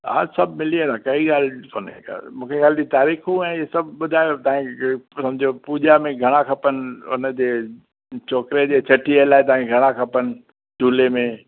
हा सभु मिली वेंदा काई ॻाल्हि कोन्हे का मूंखे खाली तारीखूं ऐं इहे सभु ॿुधायो तव्हांजी सम्झो पूॼा में घणा खपनि उन जे छोकिरे जे छठी लाइ तव्हांखे घणा खपनि झूले में